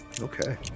Okay